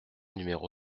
numéro